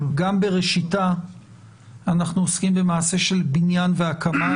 גם בראשיתה אנחנו עוסקים במעשה של בניין והקמה.